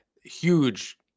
huge